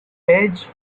edge